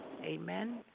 Amen